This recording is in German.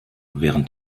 während